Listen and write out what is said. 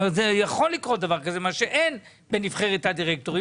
יכול לקרות דבר כזה, מה שאין בנבחרת הדירקטורים.